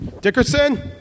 Dickerson